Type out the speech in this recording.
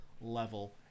level